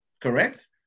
correct